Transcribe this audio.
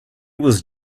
was